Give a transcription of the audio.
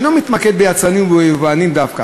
שאינו מתמקד ביצרנים וביבואנים דווקא,